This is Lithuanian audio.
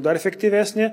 dar efektyvesnė